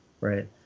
right